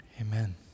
Amen